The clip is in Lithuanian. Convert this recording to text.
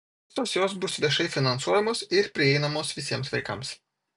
visos jos bus viešai finansuojamos ir prieinamos visiems vaikams